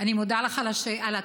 אני מודה לך על התשובה,